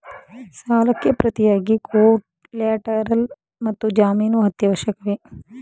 ಸಾಲಕ್ಕೆ ಪ್ರತಿಯಾಗಿ ಕೊಲ್ಯಾಟರಲ್ ಮತ್ತು ಜಾಮೀನು ಅತ್ಯವಶ್ಯಕವೇ?